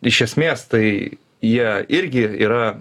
iš esmės tai jie irgi yra